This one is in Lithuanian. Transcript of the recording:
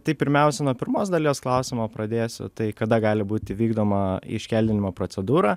tai pirmiausia nuo pirmos dalies klausimo pradėsiu tai kada gali būt įvykdoma iškeldinimo procedūra